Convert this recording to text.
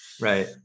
Right